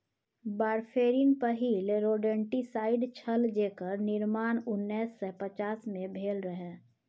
warfarin पहिल rodenticide छल जेकर निर्माण उन्नैस सय पचास मे भेल रहय